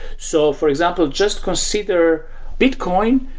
so for example, just consider bitcoin,